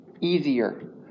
easier